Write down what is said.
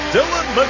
Dylan